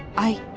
i,